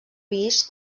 vist